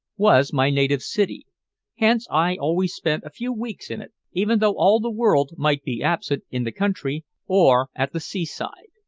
was my native city hence i always spent a few weeks in it, even though all the world might be absent in the country, or at the seaside.